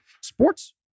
sports